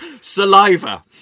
saliva